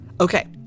Okay